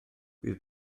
bydd